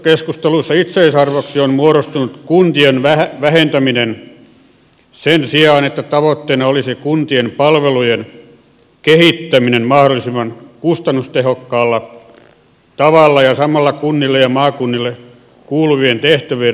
rakennekeskusteluissa itseisarvoksi on muodostunut kuntien vähentäminen sen sijaan että tavoitteena olisi kuntien palvelujen kehittäminen mahdollisimman kustannustehokkaalla tavalla ja samalla kunnille ja maakunnille kuuluvien tehtävien uudelleenarviointi